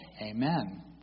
Amen